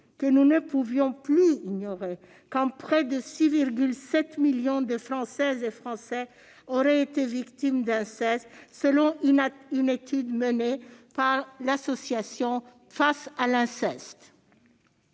que nous ne pouvions plus ignorer, quand près de 6,7 millions de Françaises et Français en auraient été victimes, selon une étude menée par l'association Face à l'inceste.